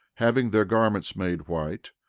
having their garments made white,